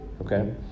okay